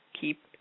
keep